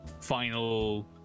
final